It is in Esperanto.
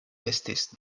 estis